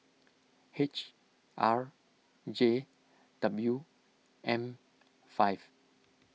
H R J W M five